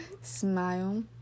Smile